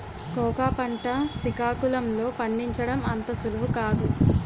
cocoa పంట సికాకుళం లో పండించడం అంత సులువు కాదు